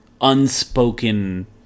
unspoken